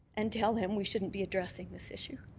and tell him we shouldn't be addressing this issue.